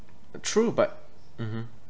true but mmhmm